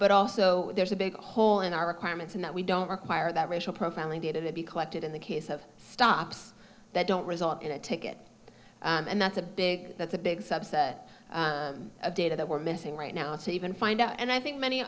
but also there's a big hole in our requirements and that we don't require that racial profiling data that be collected in the case of stops that don't result in a ticket and that's a big that's a big subset of data that we're missing right now to even find out and i think many